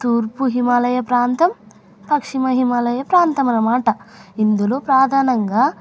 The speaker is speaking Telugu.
తూర్పు హిమాలయ ప్రాంతం పశ్చిమ మహిమాలయ ప్రాంతం అన్నమాట ఇందులో ప్రధానంగా